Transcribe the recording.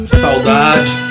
saudade